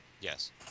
yes